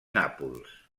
nàpols